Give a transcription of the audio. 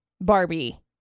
Barbie